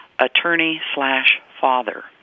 attorney-slash-father